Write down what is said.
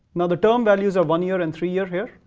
now, the term values are one year and three year here.